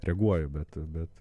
reaguoju bet bet